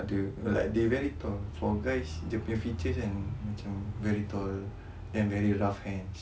ada like they very tall for guys dia punya features macam very tall then very rough hands